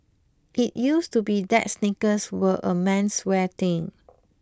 it used to be that sneakers were a menswear thing